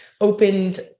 opened